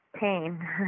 pain